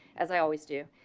as i always do,